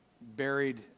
buried